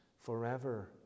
forever